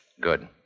Good